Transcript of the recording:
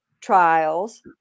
trials